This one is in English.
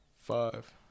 Five